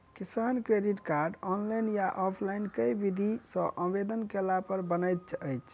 किसान credit card, online या offline केँ विधि सँ आवेदन कैला पर बनैत अछि?